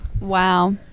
Wow